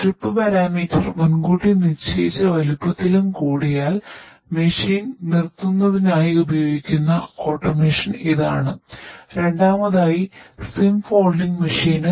സ്ട്രിപ്പിന്റെ